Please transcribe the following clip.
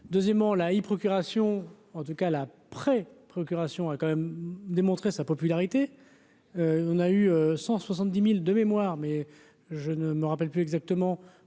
deuxièmement la y'procuration en tout cas l'après-procuration a quand même démontré sa popularité, on a eu 170000 de mémoire mais je ne me rappelle plus exactement